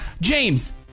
James